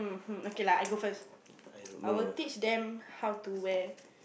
um okay lah I go first I will teach them how to wear